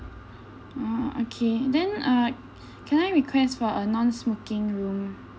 oh okay then uh can I request for a non-smoking room